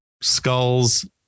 skulls